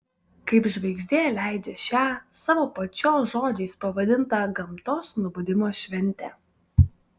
kaip žvaigždė leidžią šią savo pačios žodžiais pavadintą gamtos nubudimo šventę